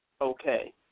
okay